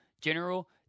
General